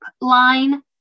line